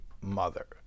mother